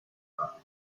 znaczy